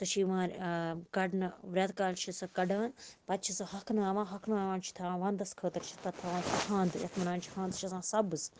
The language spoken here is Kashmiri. سُہ چھُ یِوان کَڑنہٕ ریٚتکالہِ چھِ سۄ کَڈان پَتہٕ چھِ سۄ ہوکھناوان ہۄکھناوان چھِ تھاوان وَندَس خٲطرٕ چھِ تَتھ تھاوان سۄ ہَنٛد تہِ یَتھ ونان چھِ ہَند سۄ چھِ آسان سبز